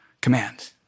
command